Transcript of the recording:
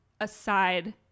aside